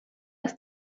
ist